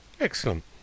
Excellent